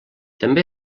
també